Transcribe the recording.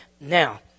now